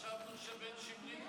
חשבנו שבין שמרית